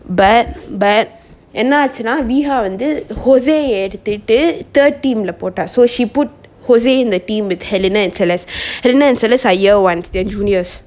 but but என்னாச்சுனா:ennachuna weeha வந்து:vanthu jose ah எடுத்துட்டு:eduthuttu thirteen lah போட்டா:potta so she put jose in the team with helena and celest helena and celest are year ones they're juniors